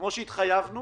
כמו שהתחייבנו